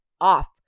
off